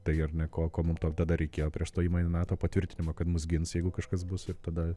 tai ar ne ko ko mum tada reikėjo prieš stojimą į nato patvirtinimo kad mus gins jeigu kažkas bus ir tada